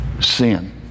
sin